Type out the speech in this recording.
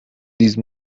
these